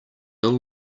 ill